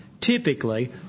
typically